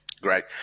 Great